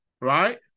right